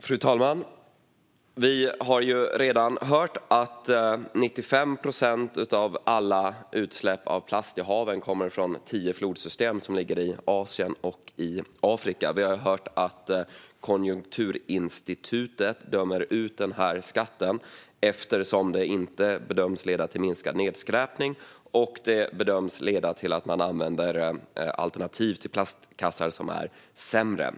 Fru talman! Vi har redan hört att 95 procent av alla utsläpp av plast i haven kommer från tio flodsystem som ligger i Asien och i Afrika. Vi har hört att Konjunkturinstitutet dömer ut skatten eftersom den inte bedöms leda till minskad nedskräpning utan till att man använder alternativ till plastkassar som är sämre.